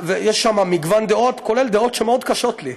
יש שם מגוון דעות, כולל דעות שמאוד קשות לי,